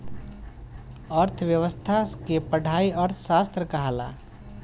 अर्थ्व्यवस्था के पढ़ाई अर्थशास्त्र कहाला